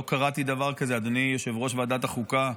לא קראתי דבר כזה, אדוני יושב-ראש ועדת החוקה,